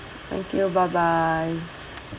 thank you bye bye